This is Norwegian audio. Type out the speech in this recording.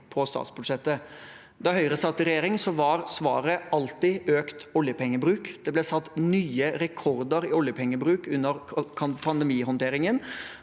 på statsbudsjettet. Da Høyre satt i regjering, var svaret alltid økt oljepengebruk. Det ble satt nye rekorder i oljepengebruk under pandemihåndteringen.